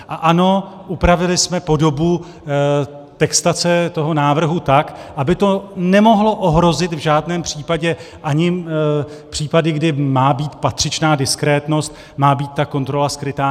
A ano, upravili jsme podobu textace toho návrhu tak, aby to nemohlo ohrozit v žádném případě ani případ, kdy má být patřičná diskrétnost, má být ta kontrola skrytá.